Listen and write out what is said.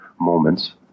moments